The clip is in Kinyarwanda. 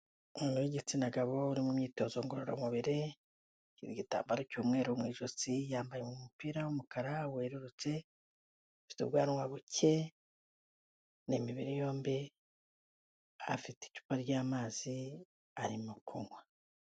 Umuntu w'igitsina gabo uri mu myitozo ngororamubiri igitambaro cy'umweru mu ijosi, yambaye mu umupira w'umukara werurutse, afite ubwanwa buke ni imibiri yombi, afite icupa ry'amazi arimo kunywa.